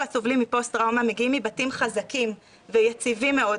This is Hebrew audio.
הסובלים מפוסט-טראומה מגיעים מבתים חזקים ויציבים מאוד,